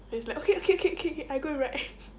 then it's like okay okay okay K K I go and write